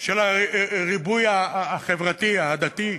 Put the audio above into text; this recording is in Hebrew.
של הריבוי החברתי העדתי,